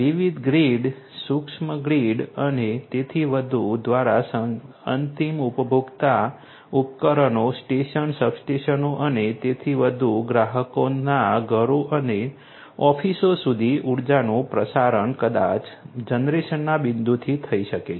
વિવિધ ગ્રીડ સૂક્ષ્મ ગ્રીડ અને તેથી વધુ દ્વારા અંતિમ ઉપભોક્તા ઉપકરણો સ્ટેશન સબસ્ટેશનો અને તેથી વધુ ગ્રાહકોના ઘરો અને ઓફિસો સુધી ઊર્જાનું પ્રસારણ કદાચ જનરેશનના બિંદુથી જ થઈ શકે છે